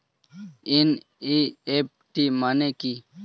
NEFT মানে কি?